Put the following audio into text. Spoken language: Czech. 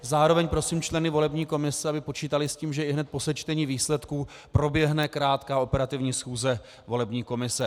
Zároveň prosím členy volební komise, aby počítali s tím, že ihned po sečtení výsledků proběhne krátká operativní schůze volební komise.